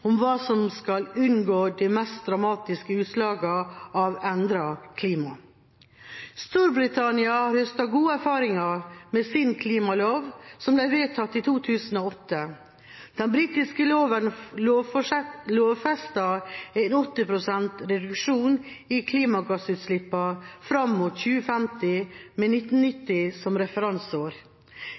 om vi skal unngå de mest dramatiske utslagene av endret klima. Storbritannia har høstet gode erfaringer med sin klimalov, som ble vedtatt i 2008. Den britiske loven lovfester en 80 pst. reduksjon i klimagassutslippene fram mot 2050, med 1990 som referanseår.